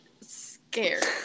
scared